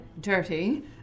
dirty